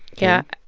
yeah.